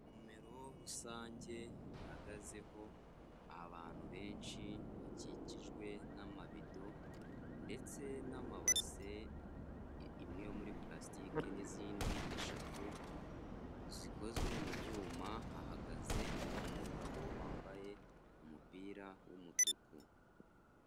Ivomero rusange rihagazeho abantu benshi bakikijwe n'amabido ndetse n'amabase, imwe muri pulasitike n'izindi eshatu zikozwe mu byuma, hahagaze umugabo wambaye umupira w'umutuku.